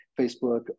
facebook